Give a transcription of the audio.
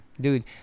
Dude